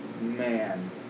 man